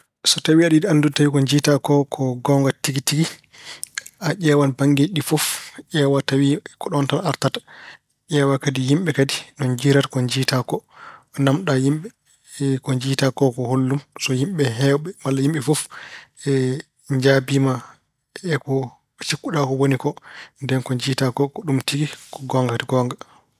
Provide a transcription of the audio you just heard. So tawi aɗa yiɗi anndude tawi ko njiyata ko ko goonga tigi tigi, a ƴeewan banngeeji ɗi fof, ƴeewa tawi ko ɗoon tan artata. Ƴeewa kadi yimɓe kadi no njiyrata ko njiyata. Naamnoɗaa yimɓe ko njiyata ko ko hollum. So yimɓe heewɓe malle yimɓe fof njaabiima e ko cikkuɗa woni ko, ndeen ko njiyata ko ko ɗum tigi, goonga, ko goonga.